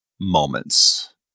moments